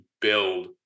build